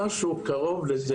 מילה.